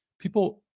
people